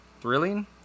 thrilling